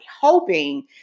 hoping